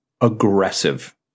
aggressive